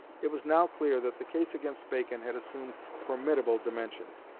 it was now clear that the case against bacon had assumed formidable dimensions,